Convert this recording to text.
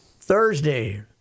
Thursday